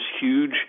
huge